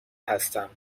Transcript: هستم